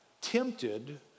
tempted